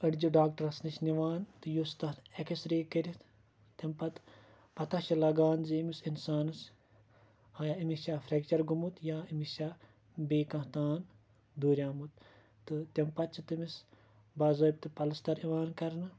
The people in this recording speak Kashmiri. أڈجہِ ڈاکٹَرَس نِش نِوان تہٕ یُس تَتھ ایٚکٕسرے کٔرِتھ تمہِ پَتہِ پَتاہ چھِ لَگان زِ ییٚمِس اِنسانَس ہاے أمِس چھا فریٚکچَر گوٚمُت یا أمِس چھا بیٚیہ کانٛہہ تان دورِیومُت تہٕ تمہ پَتہٕ چھِ تٔمِس باضٲبتہٕ پَلَستَر یِوان کَرنہٕ